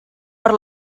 per